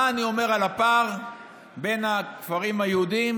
מה אני אומר על הפער שבין הכפרים היהודיים